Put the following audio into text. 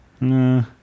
No